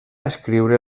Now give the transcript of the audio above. escriure